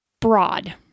broad